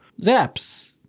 Zaps